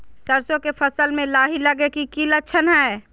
सरसों के फसल में लाही लगे कि लक्षण हय?